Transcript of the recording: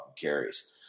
carries